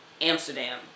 Amsterdam